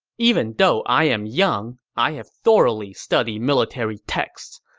even though i am young, i have thoroughly studied military texts.